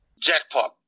Jackpot